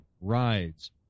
Rides